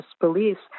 beliefs